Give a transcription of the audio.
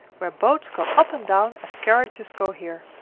where boats go up and down as carriages go here.